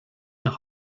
nach